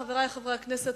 חברי חברי הכנסת,